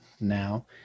now